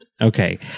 Okay